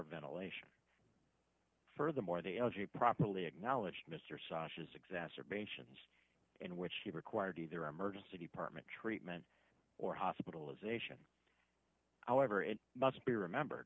ventilation furthermore the algae properly acknowledged mr sessions exacerbations in which he required either emergency department treatment or hospitalization however it must be remembered